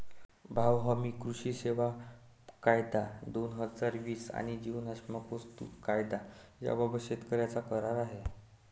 भाव हमी, कृषी सेवा कायदा, दोन हजार वीस आणि जीवनावश्यक वस्तू कायदा याबाबत शेतकऱ्यांचा करार आहे